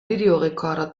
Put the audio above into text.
videorekorder